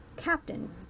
Captain